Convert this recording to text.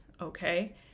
okay